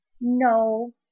No